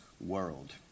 world